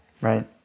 Right